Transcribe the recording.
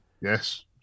Yes